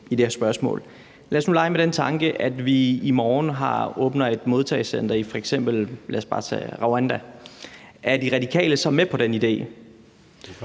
Lad os nu lege med den tanke, at vi i morgen åbner et modtagecenter i, lad os bare sige Rwanda. Er De Radikale så med på den idé?